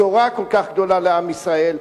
בשורה כל כך גדולה לעם ישראל,